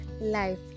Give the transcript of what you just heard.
life